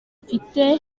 mfite